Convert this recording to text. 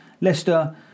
Leicester